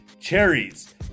Cherries